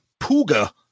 Puga